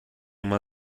uma